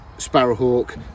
sparrowhawk